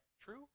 true